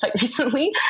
recently